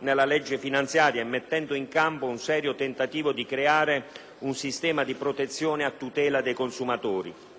nella legge finanziaria, mettendo in campo un serio tentativo di creare un sistema di protezione a tutela dei consumatori. È bene